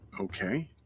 Okay